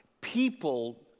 People